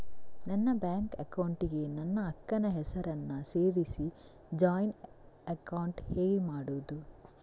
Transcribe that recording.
ನನ್ನ bank account ಗೆ ನನ್ನ ಅಕ್ಕ ನ ಹೆಸರನ್ನ ಸೇರಿಸಿ ಜಾಯಿನ್ ಅಕೌಂಟ್ ಹೇಗೆ ಮಾಡುದು?